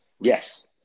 Yes